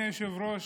אדוני היושב-ראש,